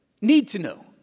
Need-to-know